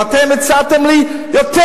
ואתם הצעתם לי יותר.